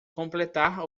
completar